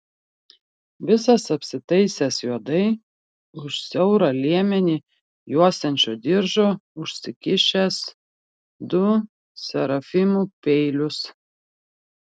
visas apsitaisęs juodai už siaurą liemenį juosiančio diržo užsikišęs du serafimų peilius